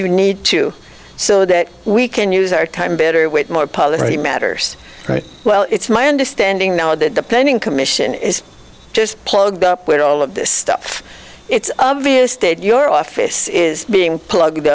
you need to so that we can use our time better wait more policy matters right well it's my understanding now that the planning commission is just plugged up with all of this stuff it's obvious that your office is being plugged